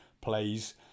plays